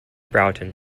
broughton